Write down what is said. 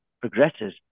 progresses